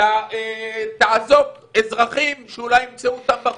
אלא תאזוק אזרחים שאולי ימצאו אותם בחוץ,